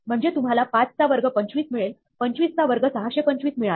म्हणजे तुम्हाला 5 चा वर्ग 25 मिळाला25 चा वर्ग 625 मिळाला